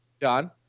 John